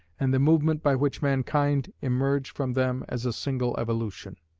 and the movement by which mankind emerge from them as a single evolution.